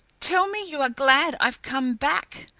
tell me you are glad i've come back.